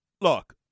Look